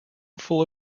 full